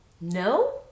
No